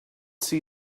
see